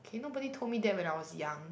nobody told me that when I was young